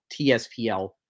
TSPL